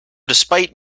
despite